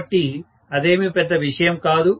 కాబట్టి అదేమి పెద్ద విషయం కాదు